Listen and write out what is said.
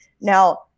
Now